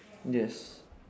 yes